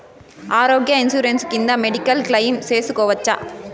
ఆరోగ్య ఇన్సూరెన్సు కింద medical claim సేసుకోవచ్చా?